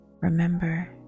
Remember